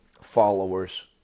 followers